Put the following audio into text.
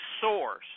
source